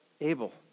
Abel